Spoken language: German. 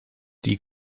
die